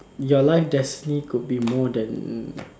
your life destiny could be more than